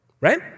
Right